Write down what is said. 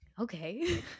okay